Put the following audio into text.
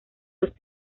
los